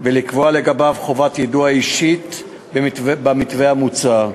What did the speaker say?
ולקבוע לגביו חובת יידוע אישית במתווה המוצע,